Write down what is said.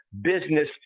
business